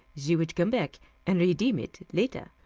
she would come back and redeem it later.